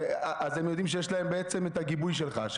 אז הם יודעים בעצם שיש להם את הגיבוי שלך.